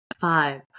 Five